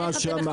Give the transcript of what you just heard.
זה לא מה שאמרתי.